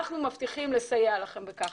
אנחנו מבטיחים לסייע לכם בכך.